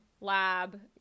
lab